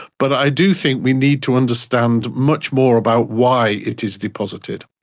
but i do think we need to understand much more about why it is deposited.